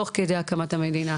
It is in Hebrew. תוך כדי הקמת המדינה,